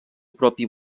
propi